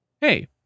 hey